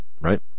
right